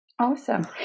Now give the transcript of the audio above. Awesome